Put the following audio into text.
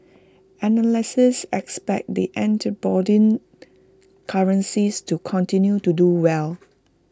analysts expect the antipodean currencies to continue to do well